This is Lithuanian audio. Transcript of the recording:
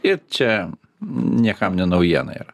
ir čia niekam ne naujiena yra